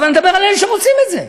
אבל אני מדבר על אלה שרוצים את זה.